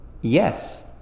Yes